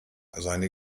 seine